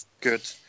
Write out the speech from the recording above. good